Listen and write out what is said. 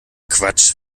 quatsch